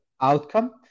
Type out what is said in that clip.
outcome